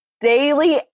daily